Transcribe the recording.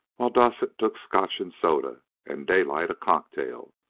while dowsett took scotch and soda and daylight a cocktail.